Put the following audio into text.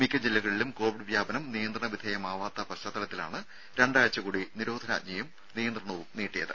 മിക്ക ജില്ലകളിലും കോവിഡ് വ്യാപനം നിയന്ത്രണവിധേയമാകാത്ത പശ്ചാത്തലത്തിലാണ് രണ്ടാഴ്ച കൂടി നിരോധനാജ്ഞയും നിയന്ത്രണവും നീട്ടിയത്